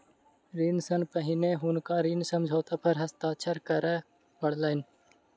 ऋण सॅ पहिने हुनका ऋण समझौता पर हस्ताक्षर करअ पड़लैन